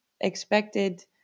expected